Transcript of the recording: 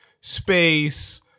space –